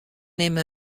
nim